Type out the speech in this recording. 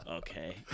okay